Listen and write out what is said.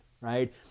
Right